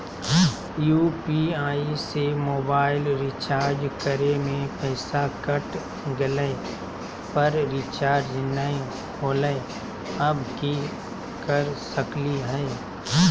UPI से mobile recharge करे में पैसा कट गेलई, पर रिचार्ज नई होलई, अब की कर सकली हई?